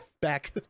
back